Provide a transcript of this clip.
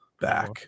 back